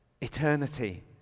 eternity